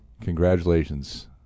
congratulations